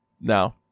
No